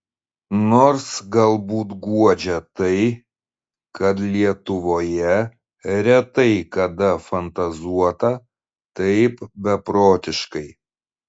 nors galbūt guodžia tai kad lietuvoje retai kada fantazuota taip beprotiškai